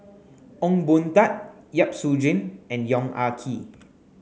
Ong Boon Tat Yap Su Yin and Yong Ah Kee